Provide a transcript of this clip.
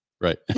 Right